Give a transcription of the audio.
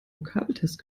vokabeltest